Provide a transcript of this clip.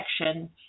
protection